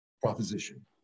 proposition